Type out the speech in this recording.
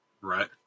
right